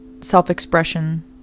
self-expression